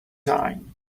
time